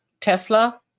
Tesla